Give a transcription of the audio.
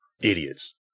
Idiots